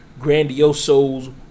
grandiosos